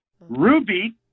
ruby